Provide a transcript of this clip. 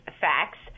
facts